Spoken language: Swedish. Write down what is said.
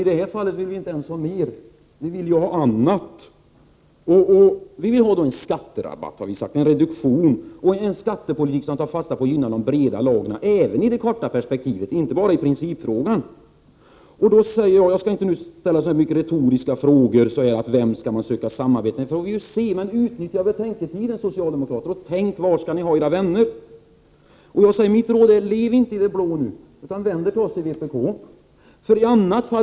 I det här fallet vill vi inte alls göra som ni, utan vi vill få till stånd en skattereduktion och en skattepolitik som tar fasta på de breda lagren även i det korta perspektivet och inte bara i principfrågan. Jag skall inte ställa några retoriska frågor om vem man skall söka samarbete med. Vi får väl se. Utnyttja betänketiden, socialdemokrater, och tänk efter var ni skall söka era vänner. Mitt råd är: Lev inte i det blå, utan vänd er till oss i vpk!